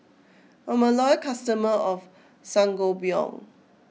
I'm a loyal customer of Sangobion